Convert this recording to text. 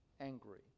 angry